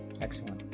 Excellent